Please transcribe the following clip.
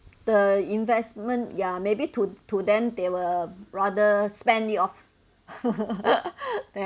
the investment ya maybe to to them they will rather spend it off than